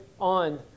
on